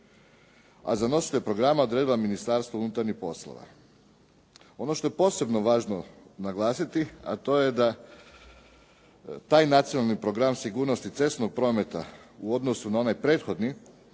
a za nositelja programa je odredila Ministarstvo unutarnjih poslova. Ono što je posebno važno naglasiti, a to je da taj Nacionalni program sigurnosti cestovnog prometa u odnosu na onaj prethodni